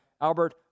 Albert